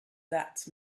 that